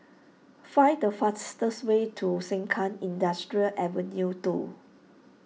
find the fastest way to Sengkang Industrial Avenue two